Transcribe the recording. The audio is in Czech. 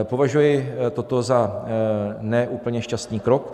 Považuji toto za ne úplně šťastný krok.